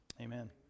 Amen